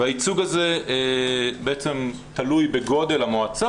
והייצוג הזה בעצם תלוי בגודל המועצה.